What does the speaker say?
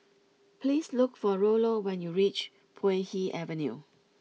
please look for Rollo when you reach Puay Hee Avenue